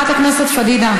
חברת הכנסת פדידה.